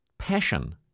passion